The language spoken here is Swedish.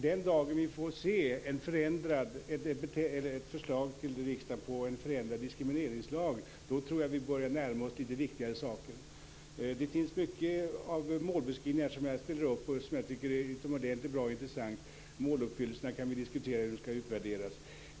Den dagen vi får se ett förslag till riksdagen om en förändrad diskrimineringslag tror jag att vi börjar närma oss litet viktigare saker. Det finns mycket i målbeskrivningarna som jag ställer upp på och tycker är utomordentligt bra och intressant. Vi kan diskutera hur måluppfyllelserna skall utvärderas.